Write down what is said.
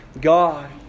God